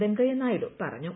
വെങ്കയ്യ നായിഡു പറഞ്ഞു